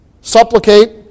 supplicate